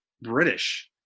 British